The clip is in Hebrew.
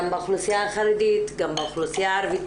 גם באוכלוסייה החרדית, גם באוכלוסייה הערבית.